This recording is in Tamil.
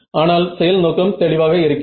ஆனால் செயல் நோக்கம் தெளிவாக இருக்கிறது